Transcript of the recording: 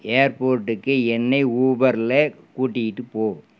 ஏர்போர்ட்டுக்கு என்னை ஊபரில் கூட்டிக்கிட்டு போ